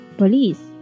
police